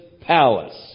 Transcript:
palace